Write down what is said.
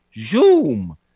zoom